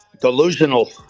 Delusional